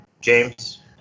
James